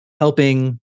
helping